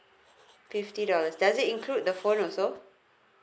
fifty dollars does it include the phone also